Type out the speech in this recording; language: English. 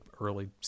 early